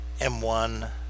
M1